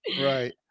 Right